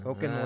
Okay